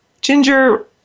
Ginger